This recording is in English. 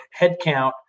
headcount